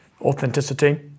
authenticity